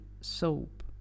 soap